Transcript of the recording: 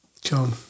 John